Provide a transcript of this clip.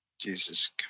Jesus